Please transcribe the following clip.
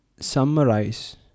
summarize